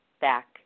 back